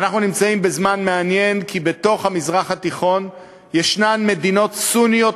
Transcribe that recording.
אנחנו נמצאים בזמן מעניין כי במזרח התיכון יש מדינות סוניות